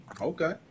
Okay